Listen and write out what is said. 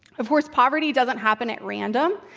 of course, poverty doesn't happen at random.